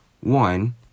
one